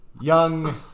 young